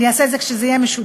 אני אעשה את זה כשזה יהיה משודר.